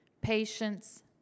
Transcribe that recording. patience